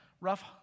rough